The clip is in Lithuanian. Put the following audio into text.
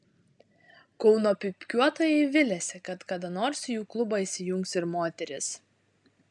kauno pypkiuotojai viliasi kad kada nors į jų klubą įsijungs ir moterys